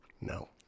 No